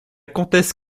comtesse